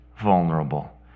vulnerable